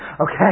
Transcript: okay